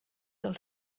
del